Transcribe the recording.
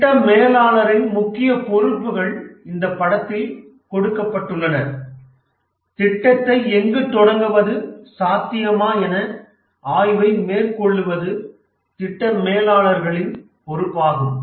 திட்ட மேலாளரின் முக்கிய பொறுப்புகள் இந்த படத்தில் கொடுக்கப்பட்டுள்ளன திட்டத்தை எங்கு தொடங்குவது சாத்தியமா என ஆய்வை மேற்கொள்வது திட்ட மேலாளர்களின் பொறுப்பாகும்